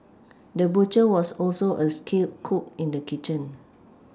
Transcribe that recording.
the butcher was also a skilled cook in the kitchen